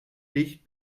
dicht